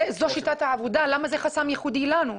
זאת שיטה העבודה למה זה חסם ייחודי לנו?